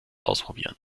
ausprobieren